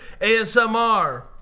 ASMR